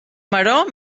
maror